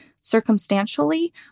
circumstantially